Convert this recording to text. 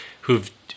who've